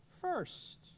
first